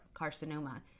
carcinoma